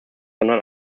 sondern